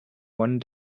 one